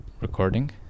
recording